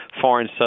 foreign